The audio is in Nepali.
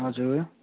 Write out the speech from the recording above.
हजुर